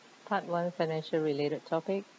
part one financial related topic